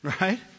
Right